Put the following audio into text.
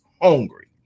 hungry